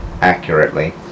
accurately